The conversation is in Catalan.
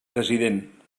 president